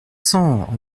cents